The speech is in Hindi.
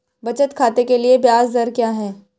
बचत खाते के लिए ब्याज दर क्या है?